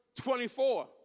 24